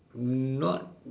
not